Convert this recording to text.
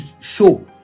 show